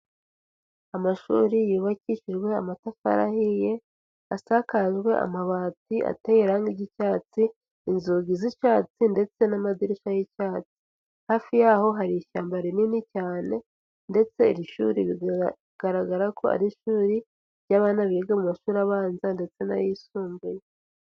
Amashuri yubakishijwe amatafari ahiye, asakajwe amabati ateye iranga ry'icyatsi, inzugi z'icyatsi ndetse n'amadirishya y'icyatsi, hafi yaho hari ishyamba rinini cyane ndetse iri shuri biragaragarako ari ishuri ry'abana biga mu mashuri abanza ndetse n'ayisumbuye.